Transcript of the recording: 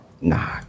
nah